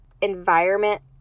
environment